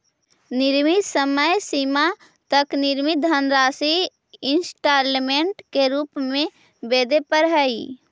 निश्चित समय सीमा तक निश्चित धनराशि इंस्टॉलमेंट के रूप में वेदे परऽ हई